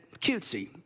cutesy